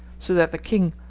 so that the king,